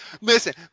Listen